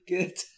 Good